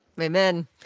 Amen